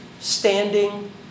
standing